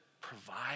provide